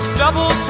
double